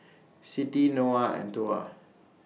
Siti Noah and Tuah